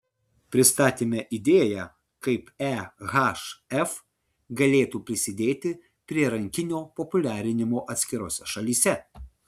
pristatėme idėją kaip ehf galėtų prisidėti prie rankinio populiarinimo atskirose šalyse